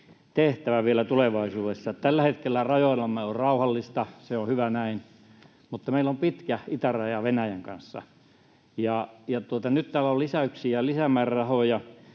tehtävä vielä tulevaisuudessa. Tällä hetkellä rajoillamme on rauhallista, se on hyvä näin, mutta meillä on pitkä itäraja Venäjän kanssa. Nyt täällä on lisäyksiä, lisämäärärahoja,